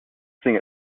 thing